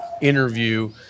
interview